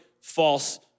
false